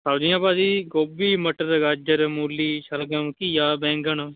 ਸਬਜ਼ੀਆਂ ਭਾਅ ਜੀ ਗੋਭੀ ਮਟਰ ਗਾਜਰ ਮੂਲੀ ਸ਼ਲਗਮ ਘੀਆ ਬੈਂਗਣ